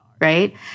right